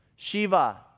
Shiva